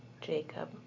Jacob